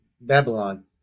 Babylon